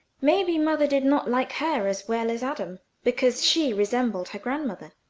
maybe mother did not like her as well as adam, because she resembled her grandmother.